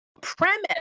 Premise